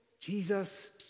Jesus